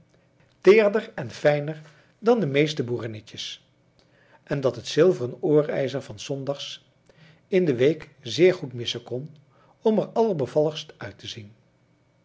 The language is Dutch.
teerder en fijner dan de meeste boerinnetjes en dat het zilveren oorijzer van s zondags in de week zeer goed missen kon om er allerbevalligst uit te zien